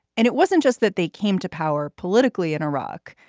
and it wasn't just that they came to power politically in iraq.